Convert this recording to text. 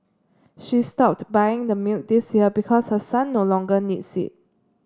she stopped buying the milk this year because her son no longer needs it